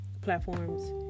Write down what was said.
platforms